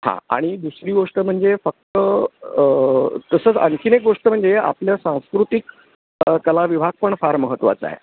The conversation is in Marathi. हां आणि दुसरी गोष्ट म्हणजे फक्त तसंच आणखी एक गोष्ट म्हणजे आपल्या सांस्कृतिक कला विभाग पण फार महत्त्वाचा आहे